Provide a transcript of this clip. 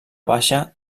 baixa